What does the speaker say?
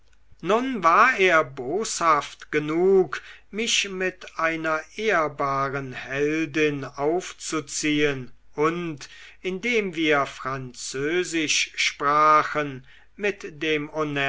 nun war er boshaft genug mich mit meiner ehrbaren heldin aufzuziehen und indem wir französisch sprachen mit dem